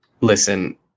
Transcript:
listen